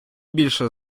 більше